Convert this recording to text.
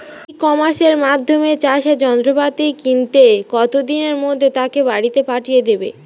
ই কমার্সের মাধ্যমে চাষের যন্ত্রপাতি কিনলে কত দিনের মধ্যে তাকে বাড়ীতে পাঠিয়ে দেবে?